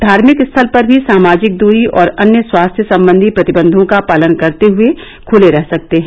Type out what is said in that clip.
धार्मिक स्थल भी सामाजिक दूरी और अन्य स्वास्थ्य सम्बंधी प्रतिबन्यों का पालन करते हुए खुले रह सकते हैं